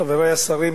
חברי השרים,